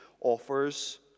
offers